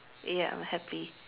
ya I'm happy